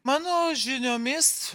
mano žiniomis